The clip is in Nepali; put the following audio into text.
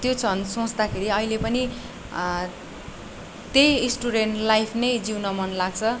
त्यो क्षण सोँच्दाखेरि अहिले पनि त्यही स्टुडेन्ट लाइफ नै जिउन मन लाग्छ